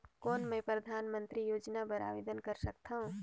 कौन मैं परधानमंतरी योजना बर आवेदन कर सकथव?